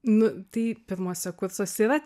nu tai pirmuose kursuose yra